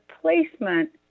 placement